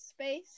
space